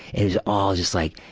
it was all just like,